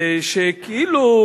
שכאילו,